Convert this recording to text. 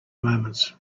moments